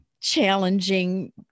challenging